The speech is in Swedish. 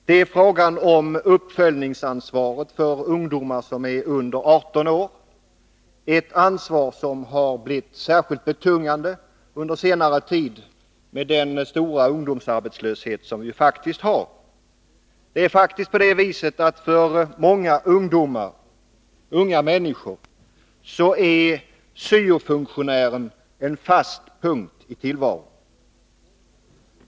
Det är fråga om uppföljningsansvaret för ungdomar som är under 18 år, ett ansvar som har blivit särskilt betungande under senare tid med den stora ungdomsarbetslöshet som vi nu har. Det är faktiskt på det viset att för många unga människor är syofunktionären en fast punkt i tillvaron.